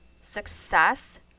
success